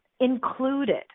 Included